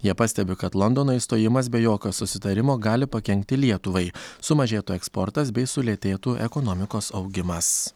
jie pastebi kad londono išstojimas be jokio susitarimo gali pakenkti lietuvai sumažėtų eksportas bei sulėtėtų ekonomikos augimas